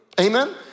Amen